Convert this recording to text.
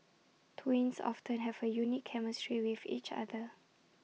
twins often have A unique chemistry with each other